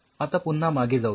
आता पुन्हा मागे जाऊया